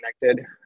connected